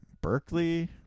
Berkeley